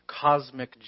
cosmic